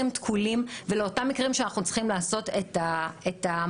תקולים ולאותם מקרים שאנחנו צריכים לעשות את ההעמקה.